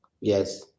Yes